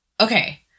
okay